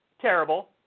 Terrible